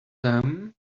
them